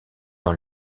dans